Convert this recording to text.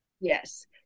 Yes